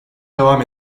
devam